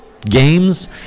games